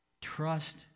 Trust